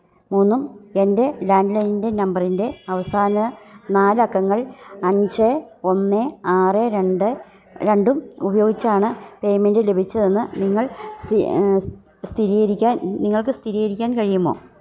മൂന്നും എൻ്റെ ലാൻലൈനിൻ്റെ നമ്പറിൻ്റെ അവസാന നാലക്കങ്ങൾ അഞ്ച് ഒന്ന് ആറ് രണ്ട് രണ്ടും ഉപയോഗിച്ചാണ് പേമെൻറ്റ് ലഭിച്ചതെന്ന് നിങ്ങൾ സ്ഥിരീകരിക്കാൻ നിങ്ങൾക്ക് സ്ഥിരീകരിക്കാൻ കഴിയുമോ